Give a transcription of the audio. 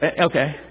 Okay